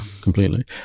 completely